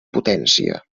potència